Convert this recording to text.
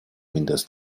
windows